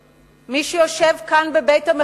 מי שיושב כאן בבית-המחוקקים,